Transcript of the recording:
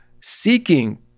seeking